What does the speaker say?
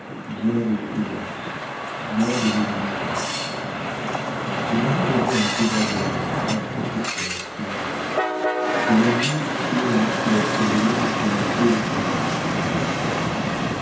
bien des prudences bien des existences le mari devient un pédagogue un professeur si vous voulez et l'amour périt sous la férule qui tôt ou tard blesse